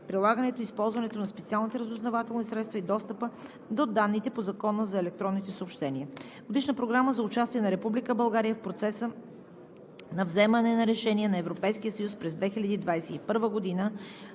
прилагането, използването на специалните разузнавателни средства и достъпа до данните по Закона за електронните съобщения. Годишна програма за участие на Република България в процеса на вземане на решение на Европейския